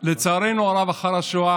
וזה ההרס הגדול.